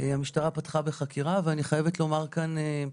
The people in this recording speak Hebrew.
המשטרה פתחה בחקירה ואני חייבת לומר כאן,